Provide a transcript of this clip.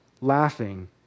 laughing